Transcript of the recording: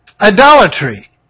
idolatry